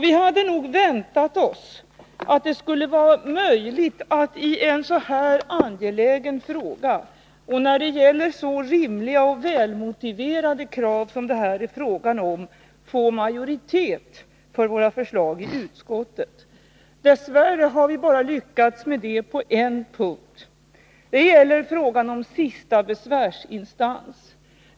Vi hade nog väntat oss att det skulle vara möjligt att i en så här angelägen fråga och när det gäller så rimliga och välmotiverade krav få majoritet för våra förslag i utskottet. Dess värre har vi bara lyckats med det på en punkt. Det gäller sista besvärsinstans.